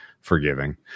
forgiving